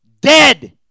dead